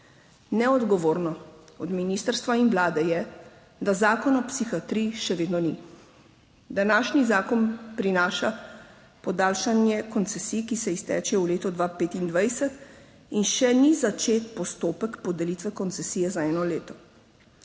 (TB) - 15.45 (nadaljevanje) je, da zakona o psihiatriji še vedno ni. Današnji zakon prinaša podaljšanje koncesij, ki se iztečejo v letu 2025 in še ni začet postopek podelitve koncesije za eno leto.